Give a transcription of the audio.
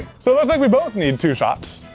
so looks like we both need two shots.